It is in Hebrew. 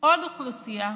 עוד אוכלוסייה